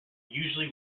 usually